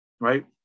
right